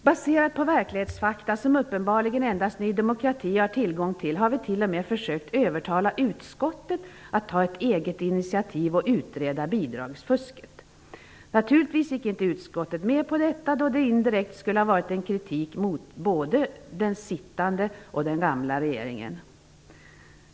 Baserat på verklighetsfakta som uppenbarligen endast Ny demokrati har tillgång till har vi t.o.m. försökt övertala utskottet att ta ett eget initiativ att utreda bidragsfusket. Naturligtvis gick inte utskottet med på detta, då det indirekt skulle ha varit en kritik mot både den sittande och den gamla regeringen.